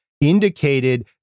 Indicated